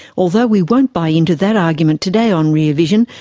although we won't buy into that argument today on rear vision,